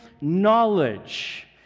knowledge